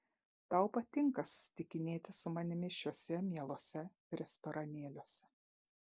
tau patinka susitikinėti su manimi šiuose mieluose restoranėliuose